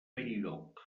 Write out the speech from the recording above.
benlloc